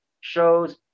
shows